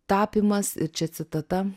tapymas čia citata